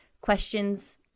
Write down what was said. questions